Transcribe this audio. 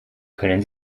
können